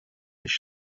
eix